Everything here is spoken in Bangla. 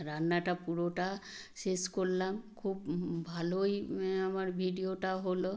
রান্নাটা পুরোটা শেষ করলাম খুব ভালোই আমার ভিডিওটা হল